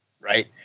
right